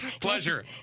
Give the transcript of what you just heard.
Pleasure